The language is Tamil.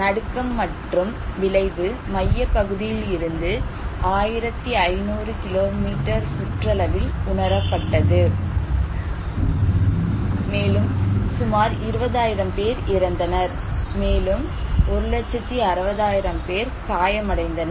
நடுக்கம் மற்றும் விளைவு மையப்பகுதியிலிருந்து 1500 கிலோமீட்டர் சுற்றளவில் உணரப்பட்டது மேலும் சுமார் 20000 பேர் இறந்தனர் மேலும் 1 60000 பேர் காயமடைந்தனர்